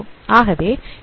ஆகவே SB T